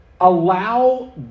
allow